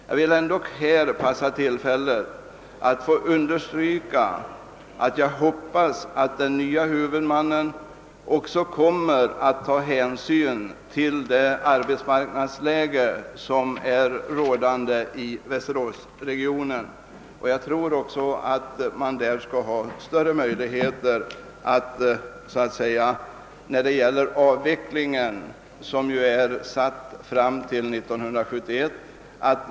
Jag är förvissad om att den nye huvudmannen kommer att ta hänsyn till det arbetsmarknadsläge som är rådande i västeråsregionen vid avvecklingen av CVV, vilken är avsedd att genomföras fram till år 1971.